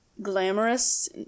Glamorous